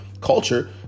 culture